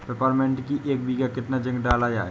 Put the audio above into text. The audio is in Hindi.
पिपरमिंट की एक बीघा कितना जिंक डाला जाए?